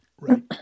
Right